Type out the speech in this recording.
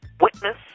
witness